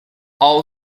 all